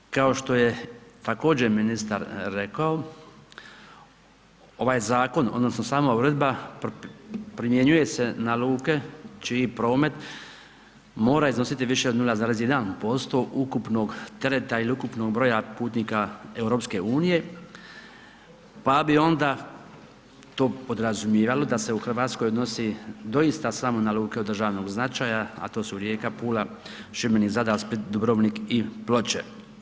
Kao što je također ministar rekao, ovaj zakon odnosno sama uredba primjenjuje se na luke čiji promet mora iznositi više od 0,1% ukupnog tereta ili ukupnog broja putnika EU, pa bi onda to podrazumijevalo da se u RH odnosi doista samo na luke od državnog značaja, a to su Rijeka, Pula, Šibenik, Zadar, Split, Dubrovnik i Ploče.